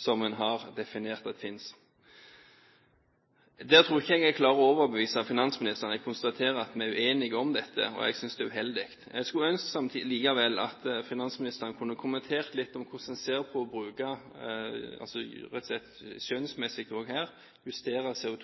som en har definert at finnes. Der tror jeg ikke jeg klarer å overbevise finansministeren – jeg konstaterer at vi er uenige om dette, og det synes jeg er uheldig. Jeg skulle likevel ønske at finansministeren kunne ha kommentert litt om hvordan han ser på rett og slett å bruke skjønn også her ved å justere